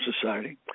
Society